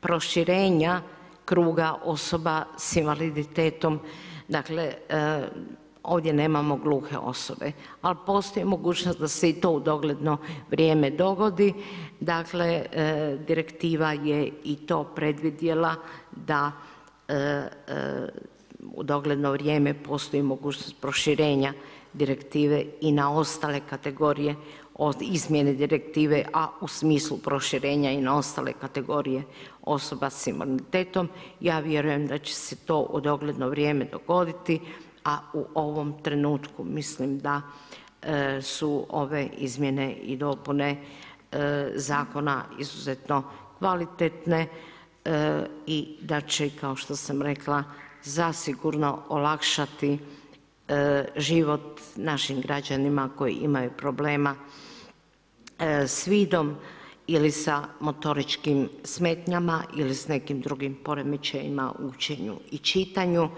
proširenja kruga osoba s invaliditetom, dakle ovdje nemamo gluhe osobe, ali postoji mogućnost da se i to u dogledno vrijeme dogodi, dakle direktiva je i to predvidjela da u dogledno vrijeme postoji mogućnost proširenja direktive i na ostale kategorije od izmjene direktive, a u smislu proširenja i na ostale kategorije osoba s invaliditetom, ja vjerujem da će se to u dogledno vrijeme dogoditi, a u ovom trenutku mislim da su ove izmjene i dopune zakona izuzetno kvalitetne i da će, kao što sam rekla, zasigurno olakšati život našim građanima koji imaju problema sa vidom ili sa motoričkim smetnjama ili sa nekim drugim poremećajima u učenju i čitanju.